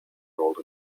role